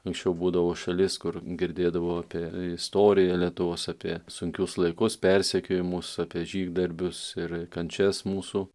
anksčiau būdavo šalis kur girdėdavau apie istoriją lietuvos apie sunkius laikus persekiojimus apie žygdarbius ir kančias mūsų